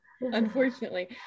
unfortunately